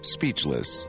Speechless